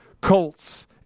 Colts